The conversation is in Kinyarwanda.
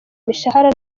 imishahara